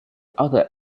other